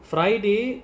friday